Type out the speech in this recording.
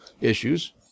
issues